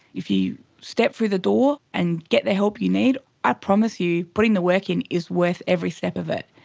if you step through the door and get the help you need, i promise you, putting the work in is worth every step of it.